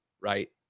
right